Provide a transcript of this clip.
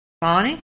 Bonnie